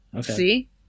See